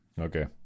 okay